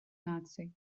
наций